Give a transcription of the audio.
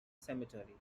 cemetery